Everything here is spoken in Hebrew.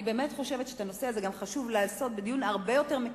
אני באמת חושבת שבנושא הזה חשוב לדון בדיון הרבה יותר מקיף,